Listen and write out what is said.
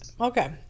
Okay